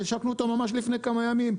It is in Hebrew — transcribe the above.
שהשקנו אותו ממש לפני כמה ימים.